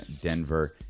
denver